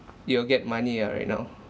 you'll get money ah right now